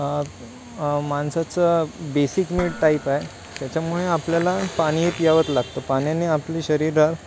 माणसाचं basic need type आहे त्याच्यामुळे आपल्याला पाणी प्यावंच लागतं पाण्याने आपली शरीरा